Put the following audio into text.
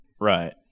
Right